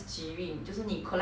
oh like parcel lah